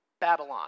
Babylon